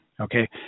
okay